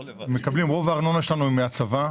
רוב הארנונה שלנו היא מהצבא.